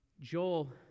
Joel